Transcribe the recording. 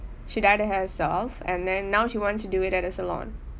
she dyed her hair herself and then now she wants to do it at a salon